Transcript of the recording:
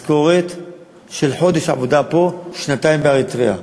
משכורת של חודש עבודה פה, שנתיים באריתריאה.